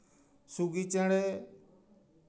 ᱥᱩᱜᱤ ᱪᱮᱬᱮ